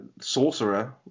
sorcerer